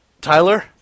Tyler